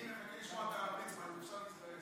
אני רוצה לשמוע את הרב ליצמן, אם אפשר להזדרז.